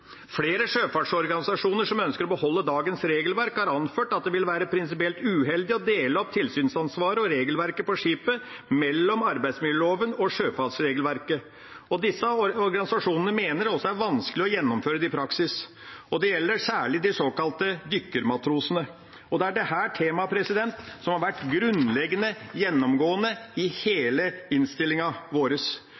Flere sjøfartsorganisasjoner som ønsker å beholde dagens regelverk, har anført at det vil være prinsipielt uheldig å dele opp tilsynsansvaret og regelverket på skipet mellom arbeidsmiljøloven og sjøfartsregelverket. Disse organisasjonene mener det også er vanskelig å gjennomføre det i praksis. Det gjelder særlig de såkalte dykkermatrosene. Det er dette temaet som har vært grunnleggende gjennomgående i